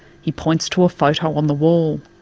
he points to a photo on the wall.